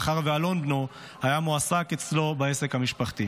מאחר שאלון בנו היה מועסק אצלו בעסק המשפחתי.